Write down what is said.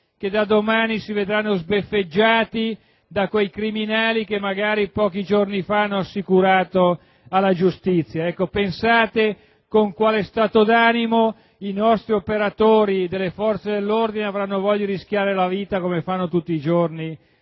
che da domani si vedranno sbeffeggiate da quei criminali che magari pochi giorni prima avevano assicurato alla giustizia. Pensate con quale stato d'animo i nostri operatori delle forze dell'ordine avranno voglia di rischiare la vita, come fanno tutti i giorni,